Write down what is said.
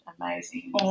amazing